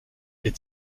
est